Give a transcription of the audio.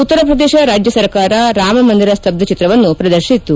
ಉತ್ತರ ಪ್ರದೇಶ ರಾಜ್ಯ ಸರ್ಕಾರ ರಾಮಮಂದಿರ ಸ್ತಬ್ಧಚಿತ್ರವನ್ನು ಪ್ರದರ್ಶಿಸಿತು